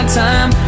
time